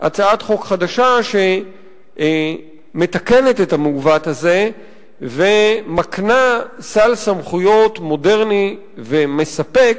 הצעת חוק חדשה שמתקנת את המעוות הזה ומקנה סל סמכויות מודרני ומספק